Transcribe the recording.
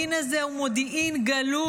המודיעין הזה הוא מודיעין גלוי,